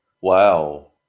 Wow